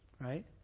right